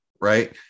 Right